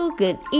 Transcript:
good